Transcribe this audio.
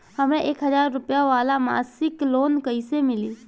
हमरा एक हज़ार रुपया वाला मासिक लोन कईसे मिली?